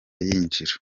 yinjira